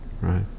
right